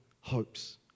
hopes